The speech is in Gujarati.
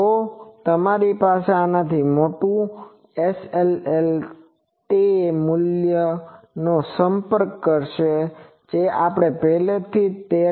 જો તમારી પાસે આનાથી મોટું છે તો SLL તે મૂલ્યનો સંપર્ક કરશે જે આપણે પહેલાથી જ 13